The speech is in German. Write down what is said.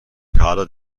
kader